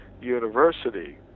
university